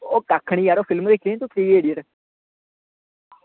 ओह् कक्ख निं यरा फिल्म दिक्खी दी ना तू थ्री इडियट्स